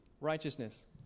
righteousness